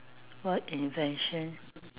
what invention